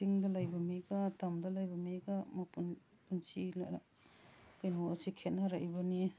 ꯆꯤꯡꯗ ꯂꯩꯕ ꯃꯤꯒ ꯇꯝꯗ ꯂꯩꯕ ꯃꯤꯒ ꯃꯄꯨꯟꯁꯤ ꯀꯩꯅꯣꯁꯤ ꯈꯦꯠꯅꯔꯛꯏꯕꯅꯤ